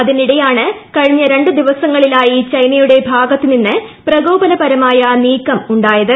അതിനിടെയാണ് കഴിഞ്ഞ ര്ണ്ടു ദിവസങ്ങളിലായി ചൈനയുടെ ഭാ ഗത്ത് നിന്ന് പ്രകോപനപ്പരമായ നീക്കം ഉണ്ടായത്